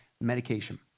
Medication